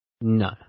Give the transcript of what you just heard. no